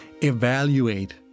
evaluate